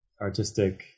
artistic